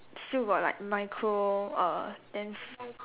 still got like micro uh then